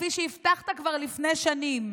כפי שהבטחת כבר לפני שנים?